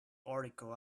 article